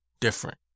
different